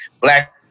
Black